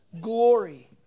glory